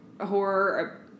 horror